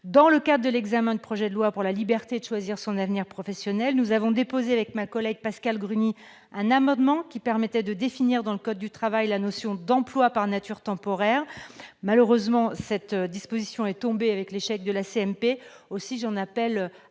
Dans le cadre de l'examen du projet de loi pour la liberté de choisir son avenir professionnel, nous avions déposé, avec ma collègue Pascale Gruny, un amendement visant à définir, dans le code du travail, la notion d'« emploi par nature temporaire ». Malheureusement, cette disposition est tombée avec l'échec de la CMP réunie sur le texte.